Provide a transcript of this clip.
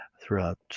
throughout